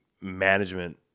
management